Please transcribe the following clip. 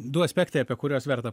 du aspektai apie kuriuos verta